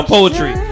Poetry